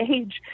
age